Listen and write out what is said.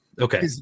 okay